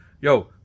Yo